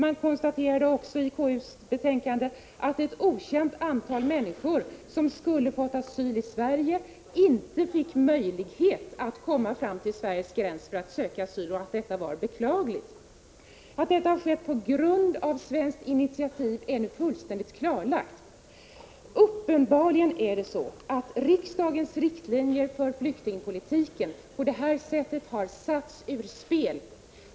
I KU:s betänkande konstateras också att ett okänt antal människor som skulle fått asyl i Sverige inte fick möjlighet att komma fram till Sveriges gräns för att söka asyl och att detta var beklagligt. Att detta har skett på svenskt initiativ är fullständigt klarlagt. Uppenbarligen har riksdagens riktlinjer för flyktingpolitiken på det här sättet satts ur spel.